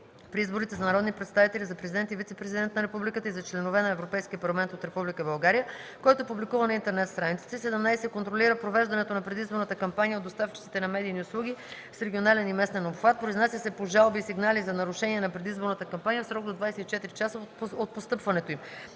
при изборите за народни представители, за президент и вицепрезидент на републиката и за членове на Европейския парламент от Република България, който публикува на интернет страницата си; 17. контролира провеждането на предизборната кампания от доставчиците на медийни услуги с регионален и местен обхват, произнася се по жалби и сигнали за нарушения на предизборната кампания в срок до 24 часа от постъпването им;